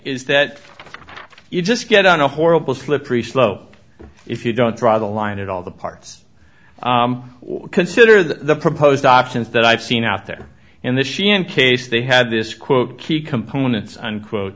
is that you just get on a horrible slippery slope if you don't draw the line at all the parts consider the proposed options that i've seen out there in the sheehan case they had this quote key components unquote